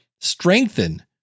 strengthen